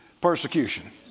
Persecution